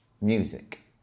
music